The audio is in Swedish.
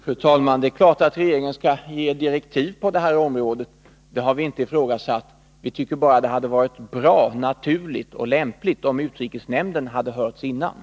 Fru talman! Det är klart att regeringen skall ge direktiv på detta område. Det har vi inte ifrågasatt. Men vi tycker det hade varit bra, naturligt och lämpligt om utrikesnämnden hade hörts dessförinnan.